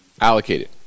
allocated